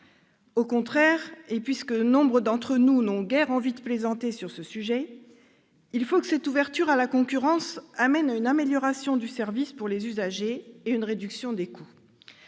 Au contraire, et puisque nombre d'entre nous n'ont guère envie de plaisanter sur le sujet, il faut que cette ouverture à la concurrence conduise à une amélioration du service pour les usagers et à une réduction des coûts.